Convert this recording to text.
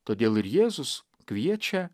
todėl ir jėzus kviečia